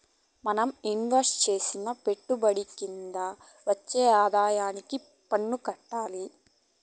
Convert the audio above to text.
మనం ఇన్వెస్టు చేసిన పెట్టుబడుల కింద వచ్చే ఆదాయానికి పన్నులు కట్టాలి